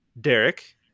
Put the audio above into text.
Derek